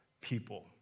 people